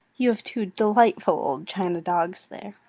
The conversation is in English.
you have two delightful old china dogs there.